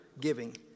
giving